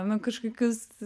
nu kažkokius